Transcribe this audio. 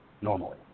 normally